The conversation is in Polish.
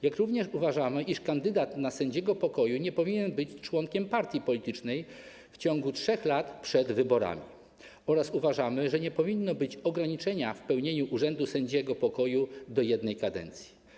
Uważamy również, iż kandydat na sędziego pokoju nie powinien być członkiem partii politycznej w ciągu 3 lat przed wyborami oraz że nie powinno być ograniczenia w pełnieniu urzędu sędziego pokoju do jednej kadencji.